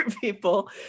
people